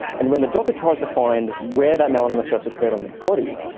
and when the doctor tries to find where that melanoma first occurred on the body,